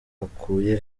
akuye